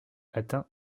atteint